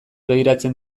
begiratzen